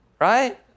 Right